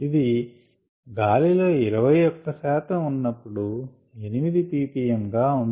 ఇదిగాలిలో 21 శాతం ఉన్నప్పుడు 8 ppm గా ఉంది